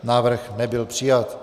Návrh nebyl přijat.